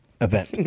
event